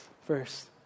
First